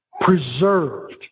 preserved